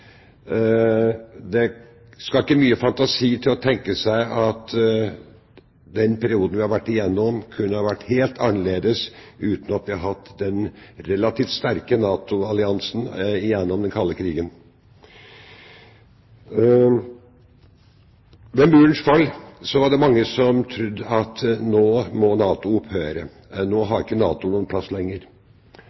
Det skal ikke mye fantasi til å tenke seg at den perioden vi har vært igjennom, kunne ha vært helt annerledes hvis vi ikke hadde hatt den relativt sterke NATO-alliansen under den kalde krigen. Da Muren falt, var det mange som trodde at nå må NATO opphøre, nå har ikke NATO noen plass lenger.